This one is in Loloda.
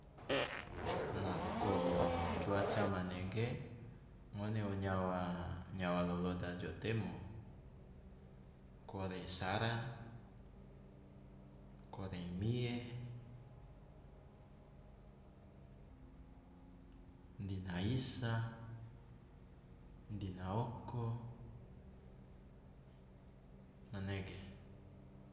Nako cuaca manege ngone o nyawa nyawa loloda jo temo kore sara, kore mie, dina isa, dina oko, manege.